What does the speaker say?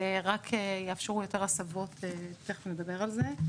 רק יאפשרו יותר הסבות, תכף נדבר על זה.